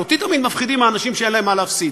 אותי תמיד מפחידים האנשים שאין להם מה להפסיד,